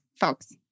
folks